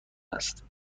است